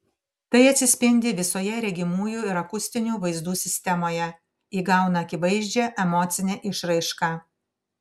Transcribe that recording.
tai atsispindi visoje regimųjų ir akustinių vaizdų sistemoje įgauna akivaizdžią emocinę išraišką